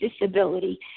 disability